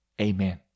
Amen